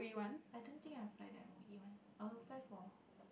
I don't think I applied the M_O_E one I apply for